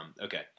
Okay